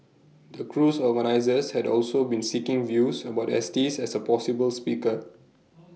the cruise organisers had also been seeking views about Estes as A possible speaker